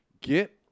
get